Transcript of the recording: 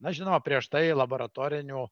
na žinoma prieš tai laboratorinių